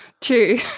True